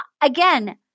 again –